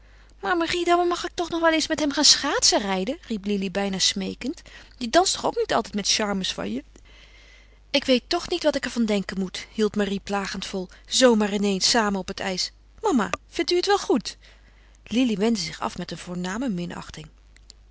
marie daarom mag ik toch wel eens met hem gaan schaatsenrijden riep lili bijna smeekend je danst toch ook niet altijd met charmes van je ik weet toch niet wat ik er van denken moet hield marie plagend vol zoo maar in eens samen op het ijs mama vindt u het wel goed lili wendde zich af met een voorname